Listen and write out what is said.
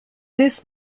this